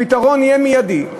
הפתרון יהיה מיידי.